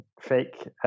fake